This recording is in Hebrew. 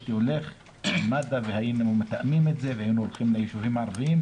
הייתי מתאם את זה עם מד"א והיינו הולכים לישובים הערביים,